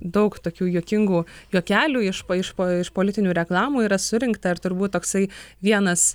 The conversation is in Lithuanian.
daug tokių juokingų juokelių iš pa iš po iš politinių reklamų yra surinkta ir turbūt toksai vienas